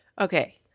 Okay